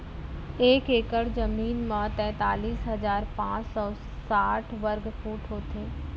एक एकड़ जमीन मा तैतलीस हजार पाँच सौ साठ वर्ग फुट होथे